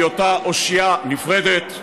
בהיותה אושיה נפרדת.